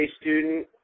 student